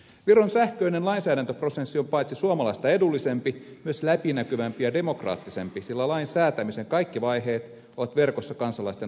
viron sähköinen lainsäädäntöprosessi on paitsi suomalaista edullisempi myös läpinäkyvämpi ja demokraattisempi sillä lainsäätämisen kaikki vaiheet ovat verkossa kansalaisten arvioitavissa